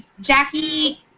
Jackie